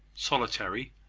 solitary,